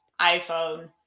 iphone